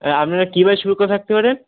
তা আপনারা কীভাবে সুরক্ষা থাকতে পারেন